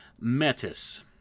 Metis